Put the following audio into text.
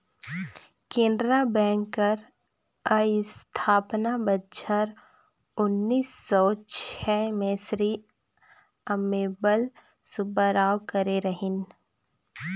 Canara bank कर अस्थापना बछर उन्नीस सव छय में श्री अम्मेम्बल सुब्बाराव करे रहिन